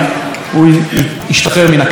אני חושב שזה המקום שבו הבית הזה,